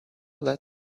that